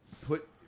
put